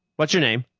what's your name?